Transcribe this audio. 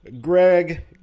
Greg